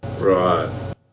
right